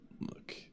Look